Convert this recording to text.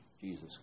Jesus